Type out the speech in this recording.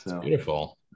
Beautiful